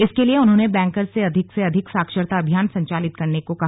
इसके लिए उन्होंने बैंकर्स से अधिक से अधिक साक्षरता अभियान संचालित करने को कहा